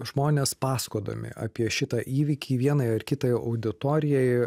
žmonės pasakodami apie šitą įvykį vienai ar kitai auditorijai